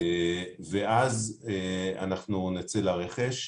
אז אנחנו נצא לרכש.